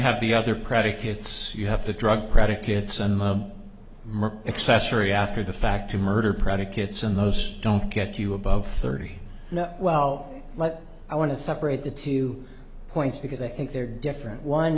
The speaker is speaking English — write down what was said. have the other predicates you have the drug predicates and accessory after the fact to murder predicates and those don't get you above thirty well i want to separate the two points because i think they're different one